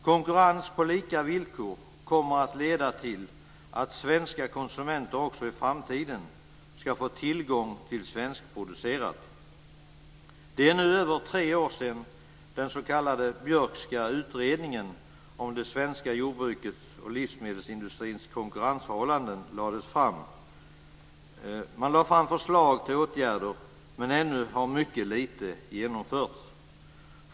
Konkurrens på lika villkor kommer att leda till att svenska konsumenter också i framtiden ska få tillgång till svenskproducerat. Det är nu över tre år sedan den s.k. Björkska utredningen om det svenska jordbrukets och livsmedelsindustrins konkurrensförhållanden lades fram med förslag till åtgärder, men ännu har mycket lite genomförts.